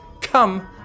Come